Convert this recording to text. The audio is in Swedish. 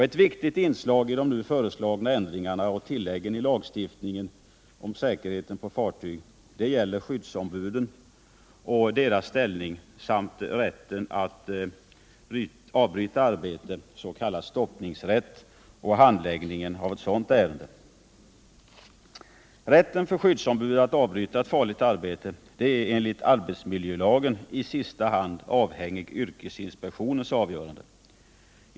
Ett viktigt inslag i dessa förslag och tillägg till lagstiftningen om säkerheten på fartyg gäller skyddsombuden och deras ställning samt rätten att avbryta arbete, s.k. stoppningsrätt, och handläggningen av sådana ärenden. Rätten för skyddsombud att avbryta ett farligt arbete är enligt arbetsmiljölagen i sista hand avhängig yrkesinspektionens avgörande.